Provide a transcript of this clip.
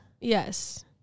Yes